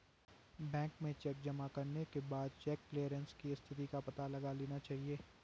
bank में cheque जमा करने के बाद चेक क्लेअरन्स की स्थिति का पता लगा लेना चाहिए